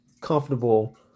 comfortable